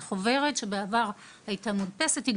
זו חוברת שהייתה מודפסת בעבר,